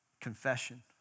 confession